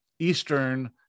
eastern